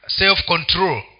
self-control